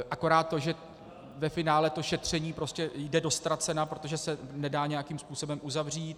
Akorát to, že ve finále to šetření prostě jde do ztracena, protože se nedá nijakým způsobem uzavřít.